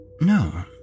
No